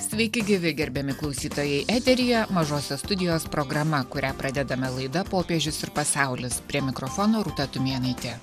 sveiki gyvi gerbiami klausytojai eteryje mažosios studijos programa kurią pradedame laida popiežius ir pasaulis prie mikrofono rūta tumėnaitė